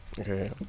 Okay